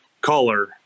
Color